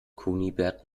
kunibert